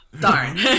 Darn